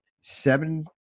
seven